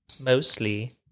mostly